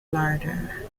larder